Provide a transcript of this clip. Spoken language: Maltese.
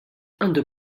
għandu